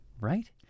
right